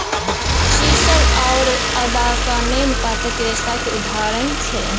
sisal आओर abaca main पातक रेशाक उदाहरण छै